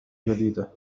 جديدة